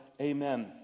Amen